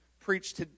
preached